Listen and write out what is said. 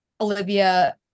olivia